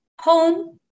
home